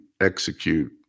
execute